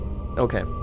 Okay